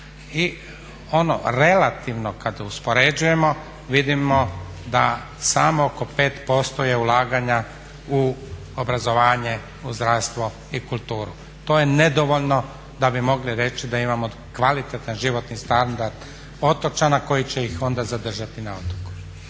I ono relativno kad uspoređujemo vidimo da samo oko 5% je ulaganja u obrazovanje, u zdravstvo i kulturu. To je nedovoljno da bi mogli reći da imamo kvalitetan životni standard otočana koji će ih onda zadržati na otoku.